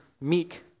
meek